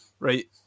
Right